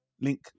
link